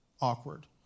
awkward